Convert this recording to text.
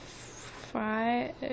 five